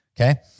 Okay